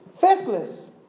faithless